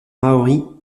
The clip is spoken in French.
maori